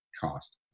cost